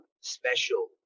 special